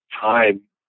time